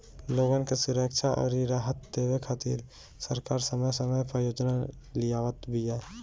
लोगन के सुरक्षा अउरी राहत देवे खातिर सरकार समय समय पअ योजना लियावत बिया